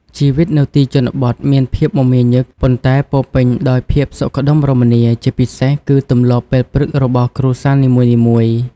ជីវិតនៅទីជនបទមានភាពមមាញឹក ប៉ុន្តែពោរពេញដោយភាពសុខដុមរមនា ជាពិសេសគឺទម្លាប់ពេលព្រឹករបស់គ្រួសារនីមួយៗ។